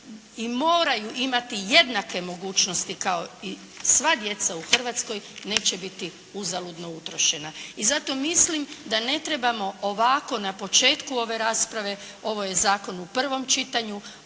i moraju imati jednake mogućnosti kao i sva djeca u Hrvatskoj neće biti uzaludno utrošena. I zato mislim da ne trebamo ovako na početku ove rasprave, ovo je zakon u prvom čitanju,